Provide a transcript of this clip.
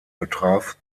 betraf